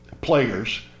players